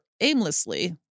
aimlessly